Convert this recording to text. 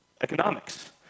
economics